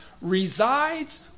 resides